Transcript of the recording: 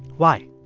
why?